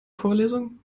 vorlesung